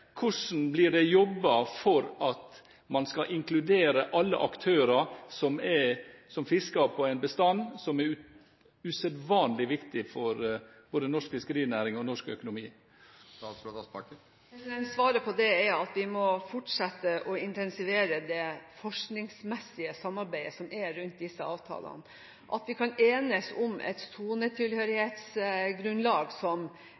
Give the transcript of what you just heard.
Hvordan vil det bli jobbet for at man skal inkludere alle aktører som fisker på en bestand som er usedvanlig viktig både for norsk fiskerinæring og for norsk økonomi? Svaret på det er at vi må fortsette å intensivere det forskningsmessige samarbeidet som er rundt disse avtalene, og at vi kan enes om et sonetilhørighetsgrunnlag som